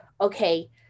okay